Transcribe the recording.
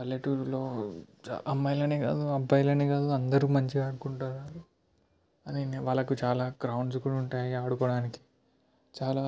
పల్లెటూరులో చా అమ్మాయిలు కాదు అబ్బాయిలు కాదు అందరు మంచిగా ఆడుకుంటారు వాళ్ళు వాళ్ళకి చాలా గ్రౌండ్స్ కూడా ఉంటాయి ఆడుకోవడానికి చాలా